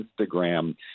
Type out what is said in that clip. Instagram